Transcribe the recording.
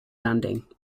landing